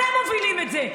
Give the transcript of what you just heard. אתם מובילים את זה.